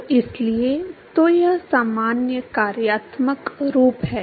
तो इसलिए तो यह सामान्य कार्यात्मक रूप है